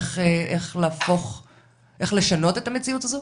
איך לשנות את המציאות הזו?